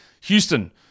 Houston